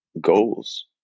goals